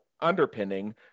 underpinning